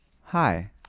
hi